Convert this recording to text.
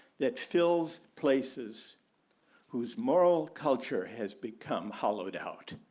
that fills places whose moral culture has become hollowed out.